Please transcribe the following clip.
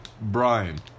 Brian